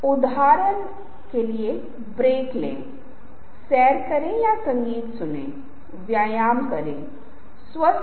द्वितीयक रंग संयोजन होते हैं जैसे हरा विभिन्न रंगों के हरे नारंगी भूरे और अन्य रंगों की संख्या हो सकती है